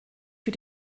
für